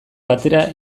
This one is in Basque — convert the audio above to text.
batera